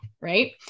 Right